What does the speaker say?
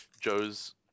Joe's